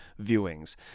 viewings